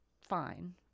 fine